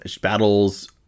battles